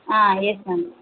ah yes ma'am